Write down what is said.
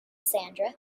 sandra